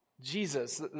Jesus